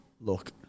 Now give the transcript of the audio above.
look